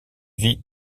vit